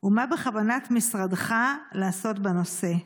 3. מה בכוונת משרדך לעשות בנושא?